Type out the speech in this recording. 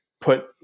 put